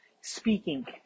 speaking